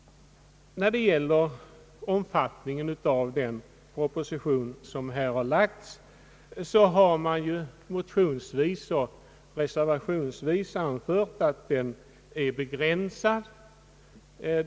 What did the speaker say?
När det gäller omfattningen av den framlagda propositionen har det motionsvis och reservationsvis anförts, att den skulle vara begränsad.